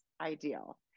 ideal